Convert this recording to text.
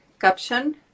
caption